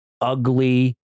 ugly